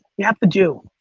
you have to do.